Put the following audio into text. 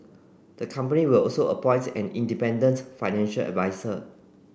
the company will also appoint an independent financial adviser